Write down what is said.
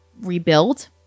rebuild